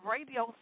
Radio